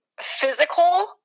physical